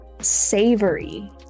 savory